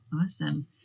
Awesome